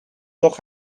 toch